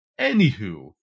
Anywho